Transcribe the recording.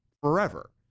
forever